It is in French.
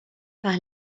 par